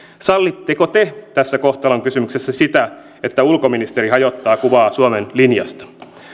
sallitteko te tässä kohtalonkysymyksessä sitä että ulkoministeri hajottaa kuvaa suomen linjasta